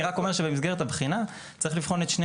אני רק אומר שבמסגרת הבחינה צריך לבחון את שני